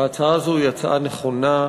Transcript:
ההצעה הזו היא הצעה נכונה,